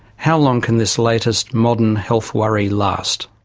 how long can this latest modern health worry last?